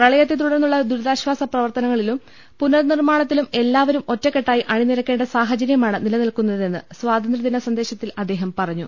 പ്രളയത്തെ തുടർന്നുള്ള ദുരിതാശ്വാസ് പ്രവർത്തനങ്ങളിലും പുനർനിർമ്മാണത്തിലും എല്ലാവരും ഒറ്റക്കെട്ടായി അണി നിരക്കേണ്ട സാഹചര്യമാണ് നില നിൽക്കുന്നതെന്ന് സ്വാതന്ത്യദിന സന്ദേശത്തിൽ അദ്ദേഹം പറഞ്ഞു